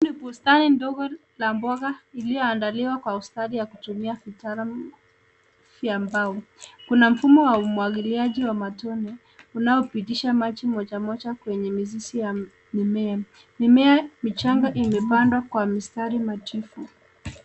Hii ni bustani ndogo la mboga ilioandaliwa kwa ustadi ya kutumia utaalamu vya mbao. Kuna mfumo wa umwagiliaji wa matone, unaopitisha maji moja moja kwenye mizizi ya mimea. Mimea michanga imepandwa kwa mistari nadhifu.